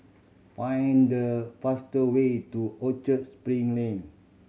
find the faster way to Orchard Spring Lane